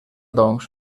doncs